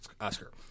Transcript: Oscar